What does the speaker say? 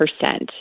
percent